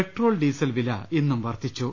petrol diesel വില ഇന്നും വർധിച്ചു